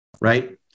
right